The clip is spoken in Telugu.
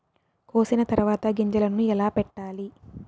కోసిన తర్వాత గింజలను ఎలా పెట్టాలి